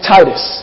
Titus